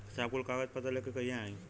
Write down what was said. साहब कुल कागज पतर लेके कहिया आई?